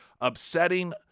upsetting